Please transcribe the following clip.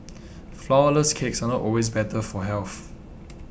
Flourless Cakes are not always better for health